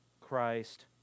Christ